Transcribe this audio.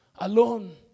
Alone